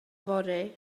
fory